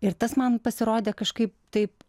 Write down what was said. ir tas man pasirodė kažkaip taip